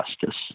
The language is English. justice